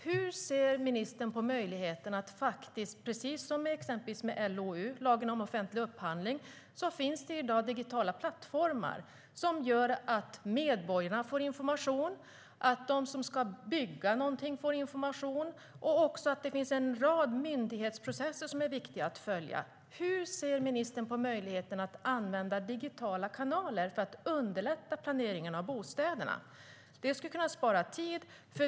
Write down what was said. Precis som när det gäller exempelvis LOU, lagen om offentlig upphandling, finns det i dag digitala plattformar som gör att medborgarna och de som ska bygga något kan få information. Det finns också en rad myndighetsprocesser som är viktiga att följa. Hur ser ministern på möjligheten att använda digitala kanaler för att underlätta planeringen av bostäderna? Det kan spara tid.